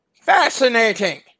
Fascinating